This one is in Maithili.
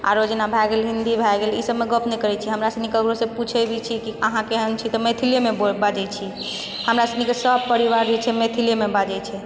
आरो जेना भए गेल हिन्दी भए गेल ई सबमे गप नहि करै छियै हमरा सुनी ककरोसँ पूछै भी छी कि अहाँ केहन छी तऽ हम मैथिलेमे बाजै छी हमरा सुनीके सब परिवार जे छै मैथिलेमे बाजै छै